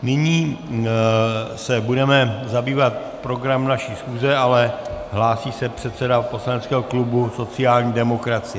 Nyní se budeme zabývat programem naší schůze, ale hlásí se předseda poslaneckého klubu sociální demokracie.